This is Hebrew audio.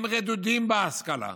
הם רדודים בהשכלה,